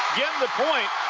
getting the point,